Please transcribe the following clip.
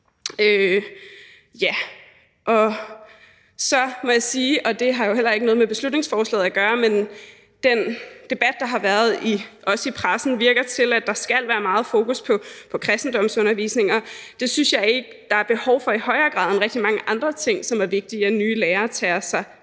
det har jo heller ikke noget med beslutningsforslaget at gøre, at det med den debat, der har været også i pressen, virker, som om der skal være meget fokus på kristendomsundervisning, og det synes jeg ikke der i højere grad er behov for end rigtig mange andre ting, som det er vigtigt at nye lærere tager med